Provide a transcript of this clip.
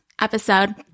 episode